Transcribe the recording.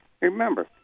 remember